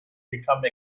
become